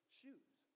shoes